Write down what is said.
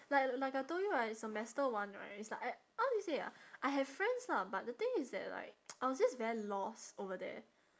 like like I told you right semester one right it's like I how do you say ah I have friends lah but the thing is that like I was just very lost over there